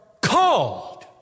called